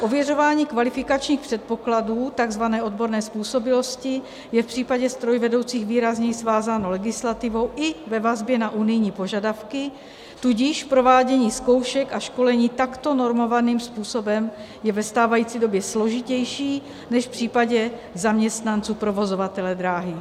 Ověřování kvalifikačních předpokladů takzvané odborné způsobilosti je v případě strojvedoucích výrazněji svázáno legislativou i ve vazbě na unijní požadavky, tudíž provádění zkoušek a školení takto normovaným způsobem je ve stávající době složitější než v případě zaměstnanců provozovatele dráhy.